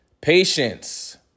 patience